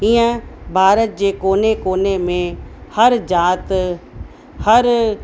हीअं भारत जे कोने कोने में हर जात हर